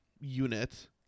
unit